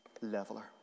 leveler